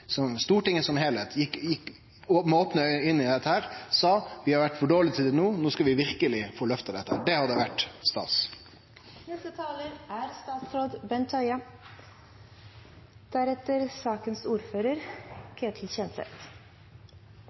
i dette og sa: Vi har vore for dårlege til no, no skal vi verkeleg få løfta dette. Det hadde vore stas. Effektiv og riktig bruk av IKT er